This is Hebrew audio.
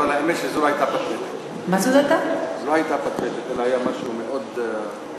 אבל האמת שזו לא הייתה פטפטת אלא היה משהו מאוד יוצא דופן.